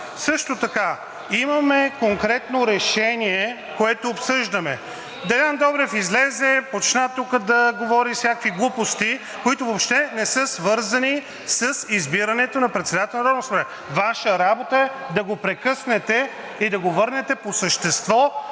Също така имаме конкретно решение, което обсъждаме. Делян Добрев излезе, започна тук да говори всякакви глупости, които въобще не са свързани с избирането на председател на Народното събрание. Ваша работа е да го прекъснете и да го върнете по същество